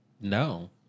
No